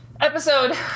episode